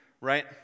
right